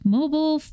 Mobile